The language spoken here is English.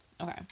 Okay